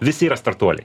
visi yra startuoliai